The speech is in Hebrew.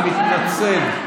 אני מתנצל.